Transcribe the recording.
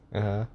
ya